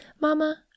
Mama